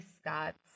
Scott's